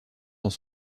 dans